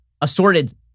assorted